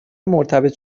مرتبط